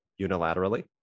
unilaterally